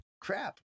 crap